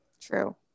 True